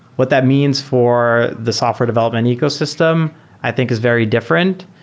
what that means for the software development ecosystem i think is very different.